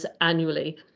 annually